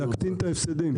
להקטין את ההפסדים.